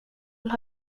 vill